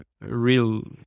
real